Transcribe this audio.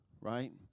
right